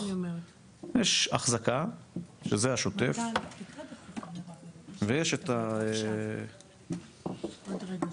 יש אחזקה שזה השוטף ויש בעצם,